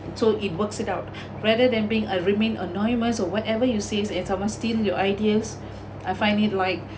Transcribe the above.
so it works it out rather than being uh remain anonymous or whatever you says and someone steal your ideas I find it like